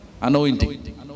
Anointing